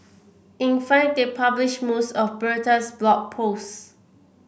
in fact they published most of Bertha's Blog Posts